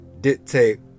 dictate